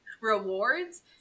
rewards